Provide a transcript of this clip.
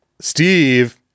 Steve